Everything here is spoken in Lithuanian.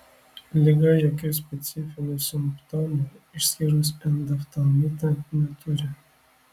liga jokių specifinių simptomų išskyrus endoftalmitą neturi